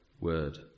word